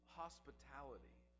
hospitality